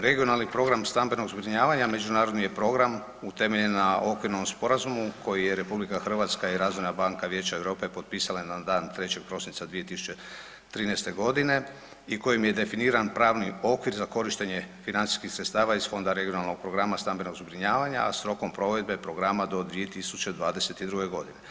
Regionalni program stambenog zbrinjavanja međunarodni je program utemeljen na okvirnom sporazumu koji je RH i Razvojna banka Vijeća Europe potpisala na dan 3. Prosinca 2013. godine i kojim je definiran pravni okvir za korištenje financijskih sredstava iz fonda regionalnog programa stambenog zbrinjavanja, a s rokom provedbe programa do 2022. godine.